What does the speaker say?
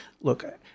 look